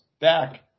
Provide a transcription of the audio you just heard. back